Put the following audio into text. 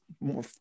more